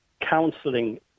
counselling